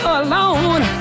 alone